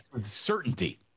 Certainty